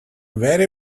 very